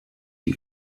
die